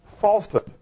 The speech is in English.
falsehood